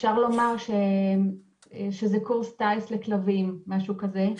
אפשר לומר שזה קורס טיס לכלבים, משהו כזה.